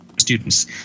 students